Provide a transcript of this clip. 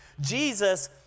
Jesus